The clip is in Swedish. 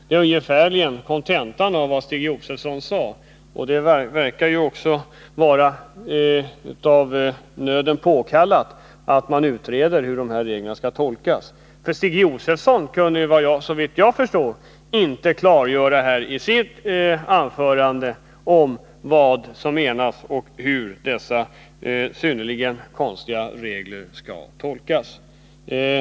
Det är ungefärligen kontentan av vad Stig Josefson sade. Det verkar också vara av nöden påkallat att man utreder hur de här reglerna skall tolkas. Stig Josefson kunde inte — såvitt jag förstår — i sitt anförande klargöra vad som menas och hur dessa synnerligen konstiga regler skall tolkas. Bl.